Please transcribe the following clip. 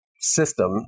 system